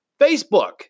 Facebook